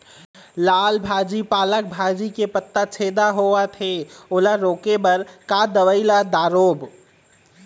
लाल भाजी पालक भाजी के पत्ता छेदा होवथे ओला रोके बर का दवई ला दारोब?